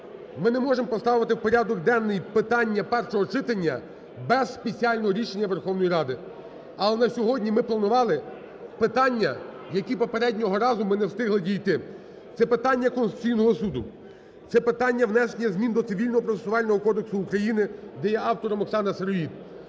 ми не можемо поставити у порядок денний питання першого читання без спеціального рішення Верховної Ради. Але сьогодні ми планували питання, які попереднього разу ми не встигли дійти. Це питання Конституційного Суду, це питання внесення змін до Цивільно-процесуального кодексу України, де є автором Оксана Сироїд.